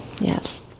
yes